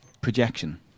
projection